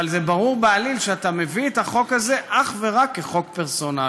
אבל ברור בעליל שאתה מביא את החוק הזה אך ורק כחוק פרסונלי.